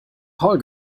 paul